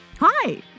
Hi